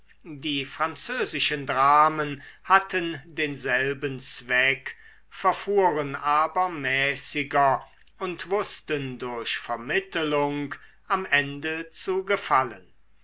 die französischen dramen hatten denselben zweck verfuhren aber mäßiger und wußten durch vermittelung am ende zu gefallen